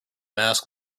masks